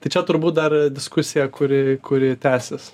tai čia turbūt dar diskusija kuri kuri tęsis